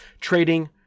trading